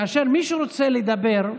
כאשר מישהו רוצה לדבר,